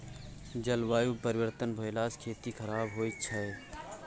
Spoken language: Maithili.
जलवायुमे परिवर्तन भेलासँ खेती खराप होए छै